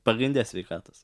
pagrinde sveikatos